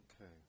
Okay